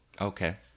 Okay